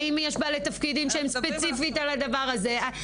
האם יש בעלי תפקידים שהם ספציפית על הדבר הזה?